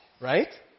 right